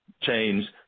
Change